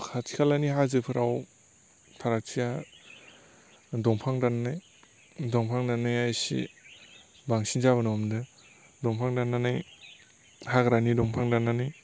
खाथि खालानि हाजोफोराव फारागथिया दंफां दाननाय दंफां दान्नाया इसि बांसिन जाबोनो हमदों दंफां दान्नानै हाग्रानि दंफां दान्नानै